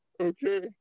okay